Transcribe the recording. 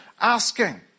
asking